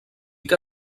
que